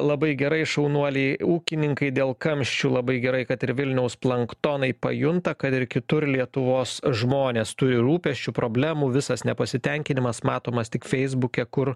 labai gerai šaunuoliai ūkininkai dėl kamščių labai gerai kad ir vilniaus planktonai pajunta kad ir kitur lietuvos žmonės turi rūpesčių problemų visas nepasitenkinimas matomas tik feisbuke kur